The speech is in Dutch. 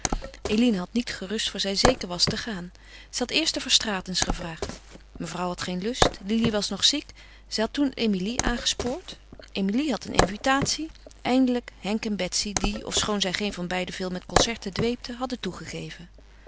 eline had niet gerust voor zij zeker was te gaan zij had eerst de verstraetens gevraagd mevrouw had geen lust lili was nog ziek zij had toen emilie aangespoord emilie had een invitatie eindelijk henk en betsy die ofschoon zij geen van beiden veel met concerten dweepten hadden toegegeven